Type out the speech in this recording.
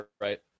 Right